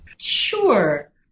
Sure